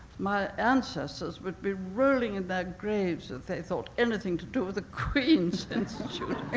my ancestors would be rolling in their graves if they thought anything to do with the queen's institute.